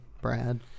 Brad